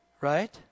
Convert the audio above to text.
Right